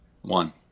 One